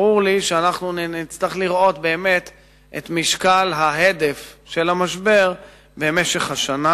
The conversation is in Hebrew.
ברור לי שנצטרך לראות באמת את משקל ההדף של המשבר במשך השנה,